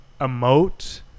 emote